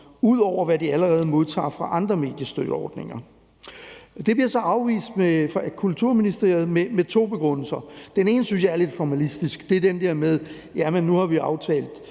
ud over hvad de allerede modtager fra andre mediestøtteordninger. Det bliver så afvist af Kulturministeriet med to begrundelser. Den ene synes jeg er lidt formalistisk. Det er den der med, at nu har man aftalt